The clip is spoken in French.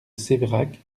séverac